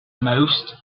most